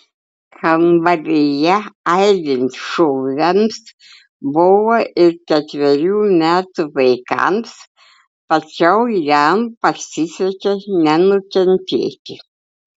kambaryje aidint šūviams buvo ir ketverių metų vaikams tačiau jam pasisekė nenukentėti